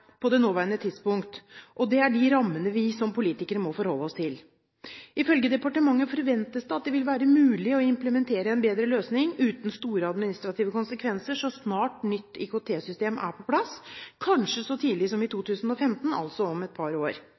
på det nåværende tidspunkt, og det er de rammene vi som politikere må forholde oss til. Ifølge departementet forventes det at det vil være mulig å implementere en bedre løsning, uten store administrative konsekvenser, så snart nytt IKT-system er på plass, kanskje så tidlig som i 2015 – altså om et par år.